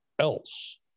else